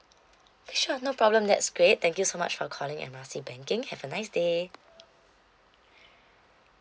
sure no problem that's great thank you so much for calling M R C banking have a nice day